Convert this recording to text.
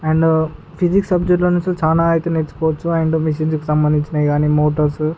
and physics సబ్జెక్ట్లో నుండి చాల అయితే నేర్చుకోవచ్చు అండ్ మిషిన్స్కు సంబంధించిన కానీ మోటార్స్